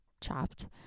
chopped